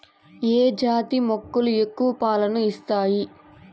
ఏ జాతి మేకలు ఎక్కువ పాలను ఇస్తాయి?